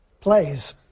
plays